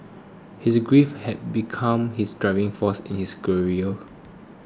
his grief had become his driving force in his career